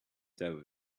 dough